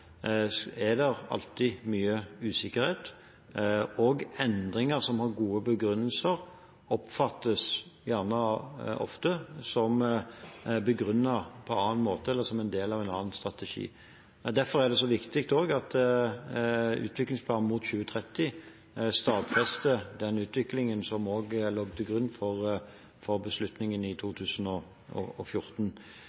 mye usikkerhet, og endringer som har gode begrunnelser, oppfattes gjerne ofte som begrunnet på annen måte, eller som en del av en annen strategi. Men derfor er det så viktig at utviklingsplanen mot 2030 stadfester den utviklingen som også lå til grunn for beslutningen i